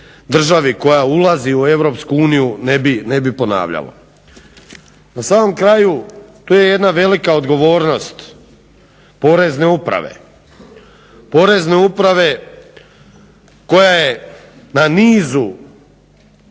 koja ulazi u EU ne bi ponavljalo. Na samom kraju tu je jedna velika odgovornost Porezne uprave koja je na nizu